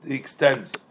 extends